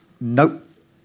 Nope